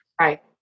Right